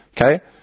okay